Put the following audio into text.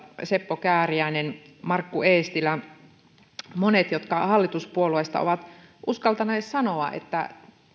seppo kääriäisen markku eestilän jotka hallituspuolueista ovat uskaltaneet sanoa että